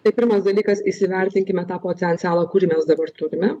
tai pirmas dalykas įsivertinkime tą potencialą kurį mes dabar turime